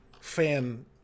fan